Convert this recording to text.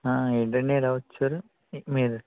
ఆ ఏంటండి ఇలా వచ్చారు మీరు